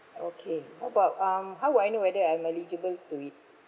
okay how about um how would I know whether I'm eligible to it